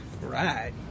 right